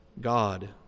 God